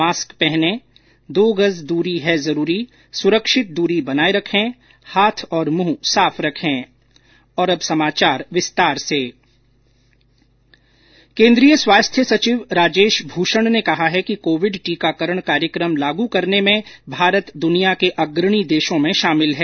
mask पहनें दो गज दूरी है जरूरी सुरक्षित दूरी बनाये रखें हाथ और मुंह साफ रखें और अब समाचार विस्तार से केन्द्रीय स्वास्थ्य सचिव राजेश भूषण ने कहा है कि कोविड टीकाकरण कार्यक्रम लागू करने में भारत द्विंया के अग्रणी देशों में शामिल है